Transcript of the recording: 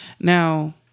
now